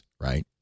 right